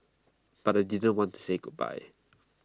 but I didn't want to say goodbye